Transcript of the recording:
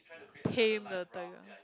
tame the tiger